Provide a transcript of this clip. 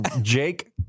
Jake